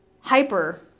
hyper